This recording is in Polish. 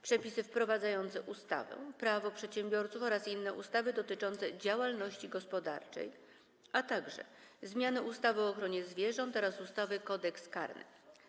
Przepisy wprowadzające ustawę Prawo przedsiębiorców oraz inne ustawy dotyczące działalności gospodarczej, - o zmianie ustawy o ochronie zwierząt oraz ustawy Kodeks karny.